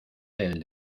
del